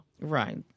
right